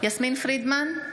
יסמין פרידמן,